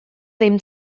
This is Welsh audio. ddim